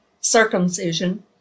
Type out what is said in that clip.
circumcision